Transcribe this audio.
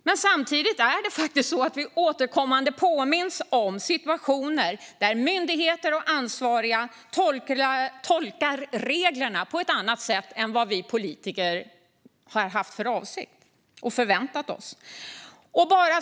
Men samtidigt påminns vi återkommande om situationer där myndigheter och ansvariga tolkar reglerna på ett annat sätt än vad vi politiker har haft för avsikt och förväntat oss.